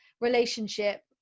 relationship